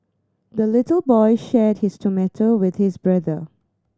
the little boy shared his tomato with his brother